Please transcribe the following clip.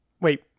Wait